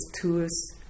tools